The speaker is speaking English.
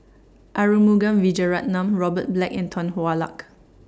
Arumugam Vijiaratnam Robert Black and Tan Hwa Luck